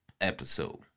episode